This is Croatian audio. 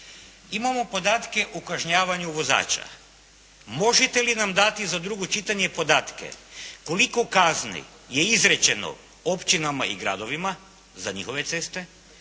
Imamo podatke o kažnjavanju vozača. Možete li nam dati za drugo čitanje podatke koliko kazni je izrečeno općinama i gradovima za njihove ceste,